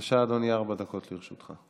בבקשה, אדוני, ארבע דקות לרשותך.